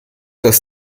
das